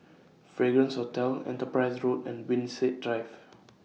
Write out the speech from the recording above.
Fragrance Hotel Enterprise Road and Winstedt Drive